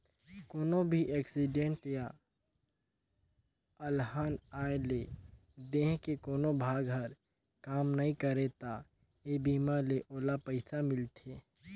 कोनो भी एक्सीडेंट य अलहन आये ले देंह के कोनो भाग हर काम नइ करे त ए बीमा ले ओला पइसा मिलथे